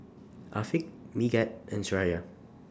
Afiq Megat and Suraya